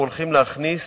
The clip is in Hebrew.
אבל פה אנחנו הולכים להכניס